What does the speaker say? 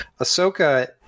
ahsoka